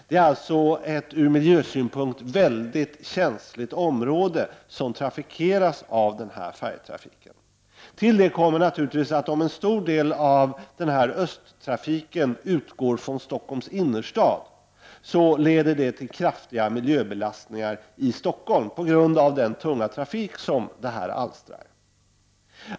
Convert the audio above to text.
Det är alltså ett från miljösynpunkt väldigt känsligt område som trafikeras av denna färjetrafik. Till detta kommer att om en stor del av denna östtrafik utgår från Stockholms innerstad, så leder det, på grund av den tunga trafik denna sjöfart alstrar, till kraftiga miljöbelastningar i Stockholm.